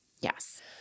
Yes